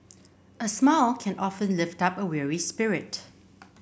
a smile can often lift up a weary spirit